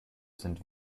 sind